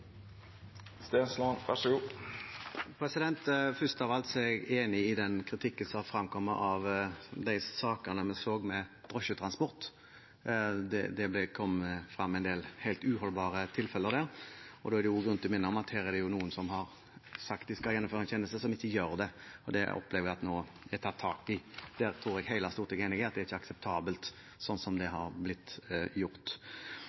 Først av alt er jeg enig i den kritikken som har fremkommet i de sakene vi så om drosjetransport. Det er kommet frem en del helt uholdbare tilfeller der. Da er det grunn til å minne om at her er det noen som har sagt de skal gjennomføre en tjeneste, som ikke gjør det. Det opplever jeg nå er tatt tak i. Og jeg tror hele Stortinget er enig i at det ikke er akseptabelt, sånn som det har blitt gjort.